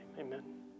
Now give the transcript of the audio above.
amen